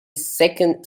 second